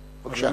בבקשה.